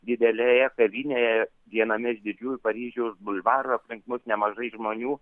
didelėje kavinėje viename iš didžiųjų paryžiaus bulvarų aplink mus nemažai žmonių